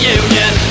union